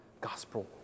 gospel